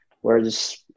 whereas